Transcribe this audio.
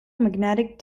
magnetic